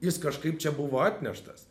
jis kažkaip čia buvo atneštas